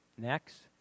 Next